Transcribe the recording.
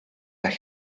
dag